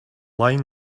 line